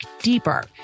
deeper